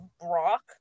Brock